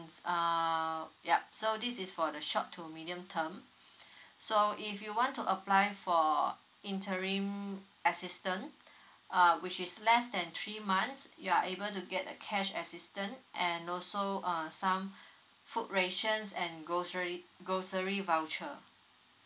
uh yup so this is for the short to medium term so if you want to apply for interim assistance uh which is less than three months you are able to get the cash assistance and also uh some food rations and grocery grocery voucher